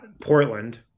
Portland